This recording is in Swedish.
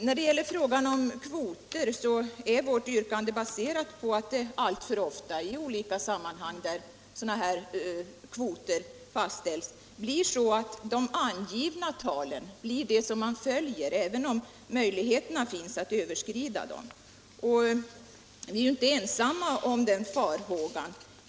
Herr talman! Vårt yrkande när det gäller kvoterna är baserat på att det alltför ofta i olika sammanhang där kvoter fastställs blir så att man rättar sig efter de angivna talen, även om möjligheter finns att överskrida dem. Vi är inte ensamma om den farhågan.